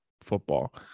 football